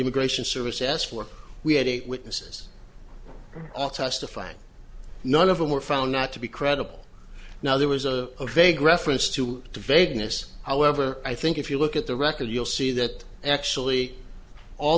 immigration service asked for we had eight witnesses testifying none of them were found not to be credible now there was a vague reference to the vagueness however i think if you look at the records you'll see that actually all